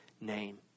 name